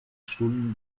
stunden